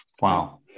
wow